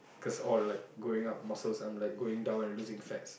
cause all like going up muscles I'm like going down and losing fats